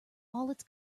its